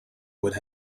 would